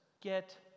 get